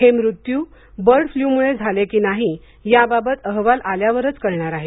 हे मृत्यू बर्ड फ्ल्यूमुळे झाले की नाही याबाबत अहवाल आल्यावरच कळणार आहे